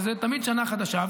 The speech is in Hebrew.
שזו תמיד שנה חדשה,